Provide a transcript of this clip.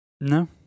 No